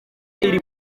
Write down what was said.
iri